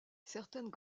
certaines